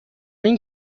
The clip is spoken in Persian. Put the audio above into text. این